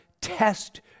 test